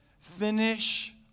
finish